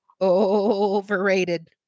Overrated